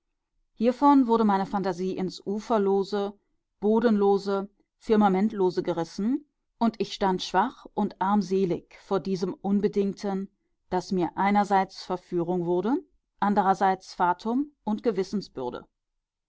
hiervon wurde meine phantasie ins uferlose bodenlose firmamentlose gerissen und ich stand schwach und armselig vor diesem unbedingten das mir einerseits verführung wurde anderseits fatum und gewissensbürde